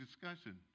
discussion